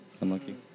Unlucky